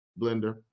blender